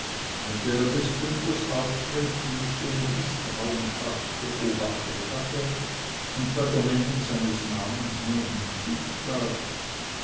des bündners auftreten nicht ohne mißtrauen scharf beobachtet hatte und bei der nennung seines namens nun hinzutrat